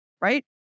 right